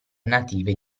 native